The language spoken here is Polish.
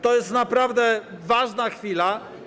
To jest naprawdę ważna chwila.